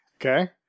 Okay